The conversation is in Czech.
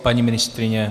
Paní ministryně?